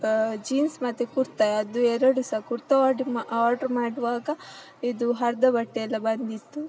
jeans ಮತ್ತು ಕುರ್ತ ಅದು ಎರಡು ಸಹ ಕುರ್ತ ಆರ್ಡ್ರ್ ಮಾ ಆರ್ಡ್ರ್ ಮಾಡುವಾಗ ಇದು ಹರಿದ ಬಟ್ಟೆಯೆಲ್ಲ ಬಂದಿತ್ತು